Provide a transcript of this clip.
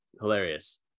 hilarious